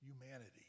humanity